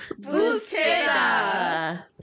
Busqueda